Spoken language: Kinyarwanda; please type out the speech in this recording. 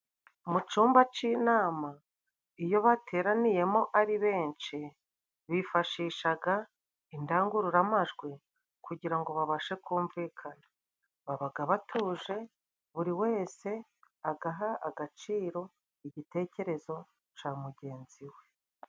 Mu cyumba c'inama iyo bateraniyemo ari benshi, bifashishaga indangururamajwi kugira ngo babashe kumvikana, babaga batuje buri wese agaha agaciro igitekerezo ca mugenzi we.